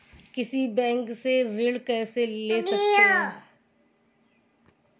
किसी बैंक से ऋण कैसे ले सकते हैं?